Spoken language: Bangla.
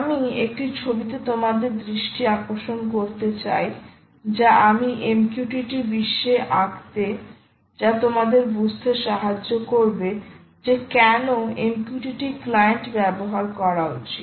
আমি একটি ছবিতে তোমাদের দৃষ্টি আকর্ষণ করতে চাই যা আমি MQTT বিশ্বে আঁকতে যা তোমাদের বুঝতে সাহায্য করবে যে কেন MQTT ক্লায়েন্ট ব্যবহার করা উচিত